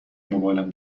موبایلم